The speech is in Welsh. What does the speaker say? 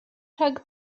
rhag